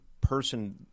person